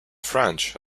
french